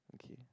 okay